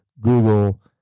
Google